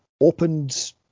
opened